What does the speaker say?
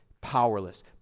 powerless